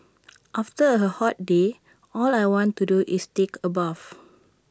after A hot day all I want to do is take A bath